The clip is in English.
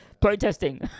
Protesting